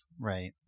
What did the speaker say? Right